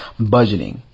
budgeting